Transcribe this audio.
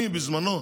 בזמנו,